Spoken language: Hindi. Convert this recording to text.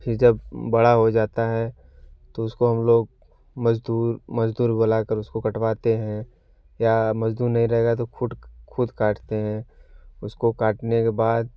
फिर जब बड़ा हो जाता है तो उसको हम लोग मजदूर मजदूर बुलाकर उसको कटवाते हैं या मजदूर नहीं रहेगा तो खुड खुद काटते हैं उसको काटने के बाद